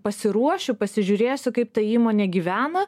pasiruošiu pasižiūrėsiu kaip ta įmonė gyvena